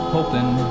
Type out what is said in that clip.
Hoping